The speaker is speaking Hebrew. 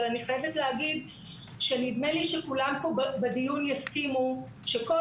אבל אני חייבת להגיד שנדמה לי שכולם פה בדיון יסכימו שכל